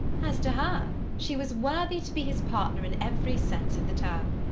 as to her, she was worthy to be his partner in every sense of the term.